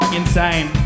insane